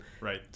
right